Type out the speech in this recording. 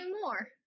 more